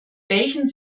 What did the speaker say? welchen